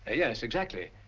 ah yes, exactly.